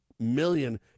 million